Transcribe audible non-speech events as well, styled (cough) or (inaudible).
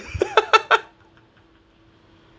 (laughs)